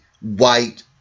white